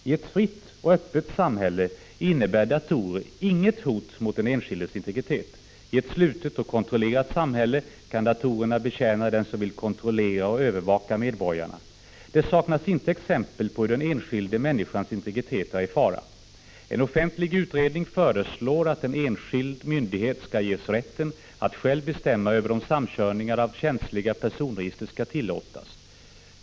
I ett fritt och öppet samhälle innebär datorer inget hot mot den enskildes integritet. I ett slutet och kontrollerat samhälle kan datorerna betjäna den som vill kontrollera och övervaka medborgarna. Det saknas inte exempel på hur den enskilda människans integritet är i fara. En offentlig utredning föreslår att en enskild myndighet skall ges rätten att själv bestämma om samkörningar av känsliga personregister skall tillåtas.